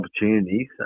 opportunities